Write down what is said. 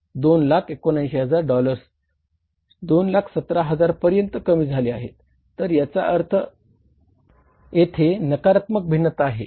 279000 dollars 217000 पर्यंत कमी झाले आहे तर याचा अर्थ येथे नकारत्मक भिन्नता आहे